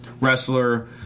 wrestler